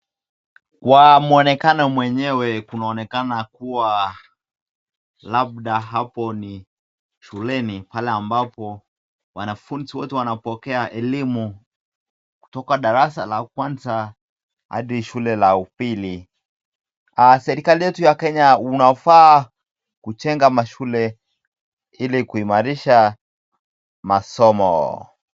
Kwa muonekana mwenyewe kunaonekana kuwa labda hapo ni shuleni pale ambapo wanafunzi wote wanapokea elimu kutoka darasa la kwanza hadi shule la upili. Serikali yetu ya kenya unafaa kujenga mashule hili kuimarisha masomo.